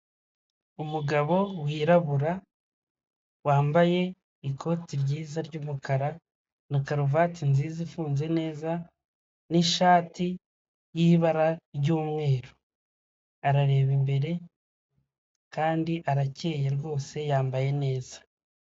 Umugabo wirabura, wambaye ikoti ryiza ry'umukara, na karuvati nziza ifunze neza, n'ishati y'ibara ry'umweru. Arareba imbere, kandi arakeye rwose yambaye neza.